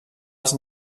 els